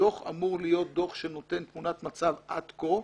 הדוח אמור להיות דוח שנותן תמונת מצב עד כה.